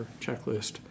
checklist